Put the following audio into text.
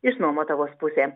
išnuomota vos pusė